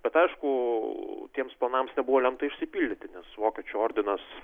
bet aišku tiems planams nebuvo lemta išsipildyti nes vokiečių ordinas